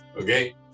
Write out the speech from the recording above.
Okay